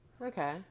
okay